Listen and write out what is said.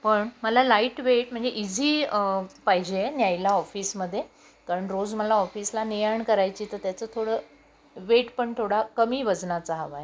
पण मला लाईटवेट म्हणजे इझी पाहिजे आहे न्यायला ऑफिसमध्ये कारण रोज मला ऑफिसला ने आण करायची तर त्याचं थोडं वेट पण थोडा कमी वजनाचा हवा आहे